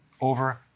over